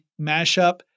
mashup